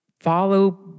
follow